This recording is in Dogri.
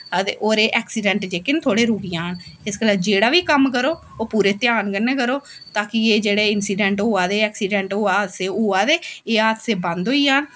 अते होर एह् ऐक्सिडैंट जेह्के थोह्ड़े रुकी जान इस गल्ल जेह्ड़ा बी कम्म करो ओह् पूरे ध्यान कन्नै करो ताकि एह् जेह्ड़े इंसिडैंट होआ दे ऐक्सिडैंट होआ दे एह् हादसे बंद होई जान